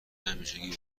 همیشگی